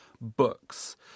books